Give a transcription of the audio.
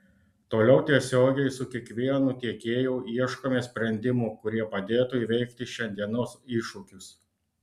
toliau tiesiogiai su kiekvienu tiekėju ieškome sprendimų kurie padėtų įveikti šiandienos iššūkius